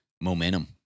momentum